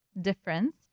difference